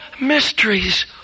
mysteries